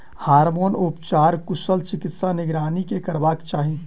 hormone उपचार कुशल चिकित्सकक निगरानी मे करयबाक चाही